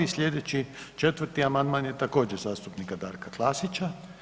Slijedeći četvrti amandman je također zastupnika Darka Klasića.